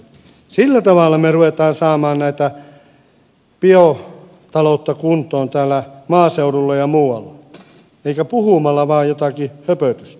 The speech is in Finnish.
sillä tavalla me rupeamme saamaan biotaloutta kuntoon täällä maaseudulla ja muualla eikä puhumalla vain jotakin höpötystä